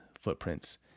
footprints